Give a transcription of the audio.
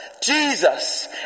Jesus